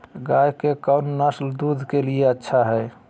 गाय के कौन नसल दूध के लिए अच्छा है?